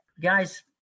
Guys